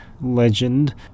legend